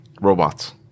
Robots